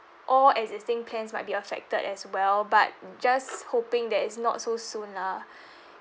all existing plans might be affected as well but just hoping that it's not so soon lah